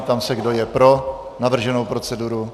Ptám se, kdo je pro navrženou proceduru.